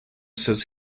says